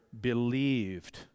believed